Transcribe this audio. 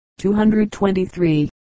223